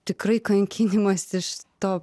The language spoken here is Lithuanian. tikrai kankinimas iš to